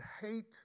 hate